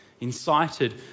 incited